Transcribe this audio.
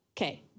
Okay